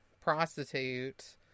prostitute